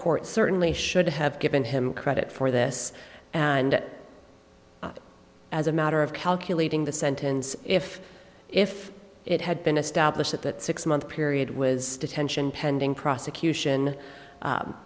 court certainly should have given him credit for this and as a matter of calculating the sentence if if it had been established that six month period was detention pending prosecution